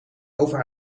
over